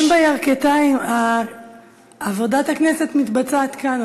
החברים בירכתיים, עבודת הכנסת מתבצעת כאן.